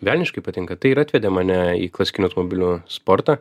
velniškai patinka tai ir atvedė mane į klasikinių automobilių sportą